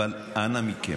אבל אנא מכם,